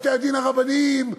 בתי-הדין הרבניים,